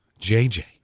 JJ